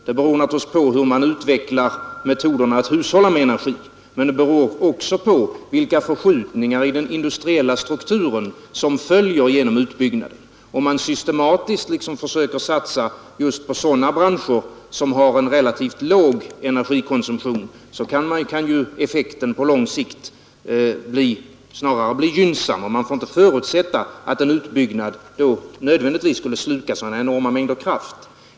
Det beror naturligtvis på hur man utvecklar metoderna att hushålla med energi, men det beror också på vilka förskjutningar i den industriella strukturen som följer av en utbyggnad. Om man systematiskt försöker satsa på sådana branscher som har relativt låg energikonsumtion, kan effekten på lång sikt snarare bli gynnsam. Man får inte förutsätta att en utbyggnad av näringslivet nödvändigtvis skulle sluka sådana enorma mängder kraft.